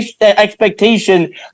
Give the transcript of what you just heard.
expectation